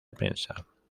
prensa